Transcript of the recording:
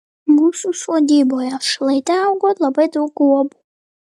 mūsų sodyboje šlaite augo labai daug guobų